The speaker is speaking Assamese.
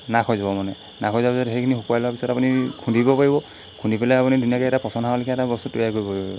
নাশ হৈ যাব মানে নাশ হৈ যোৱাৰ পিছত সেইখিনি শুকুৱাই লোৱাৰ পিছত আৰু আপুনি খুন্দিব পাৰিব খুন্দি পেলাই আপুনি ধুনীয়াকৈ এটা পচন সাৰৰলেখীয়া এটা বস্তু তৈয়াৰ কৰিব পাৰিব